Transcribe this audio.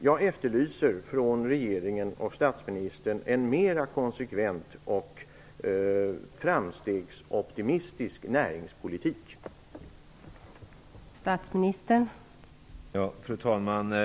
Jag efterlyser en mera konsekvent och framstegsoptimistisk näringspolitik från regeringen och statsministern.